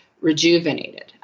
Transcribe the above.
rejuvenated